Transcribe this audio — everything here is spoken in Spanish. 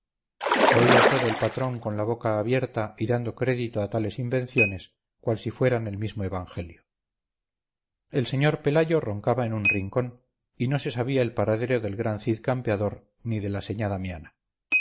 imprenta oía todo el patrón con la boca abierta y dando crédito a tales invenciones cual si fueran el mismo evangelio el sr pelayo roncaba en un rincón y no se sabía el paradero del gran cid campeador ni de la